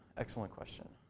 excellent question.